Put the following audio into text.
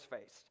faced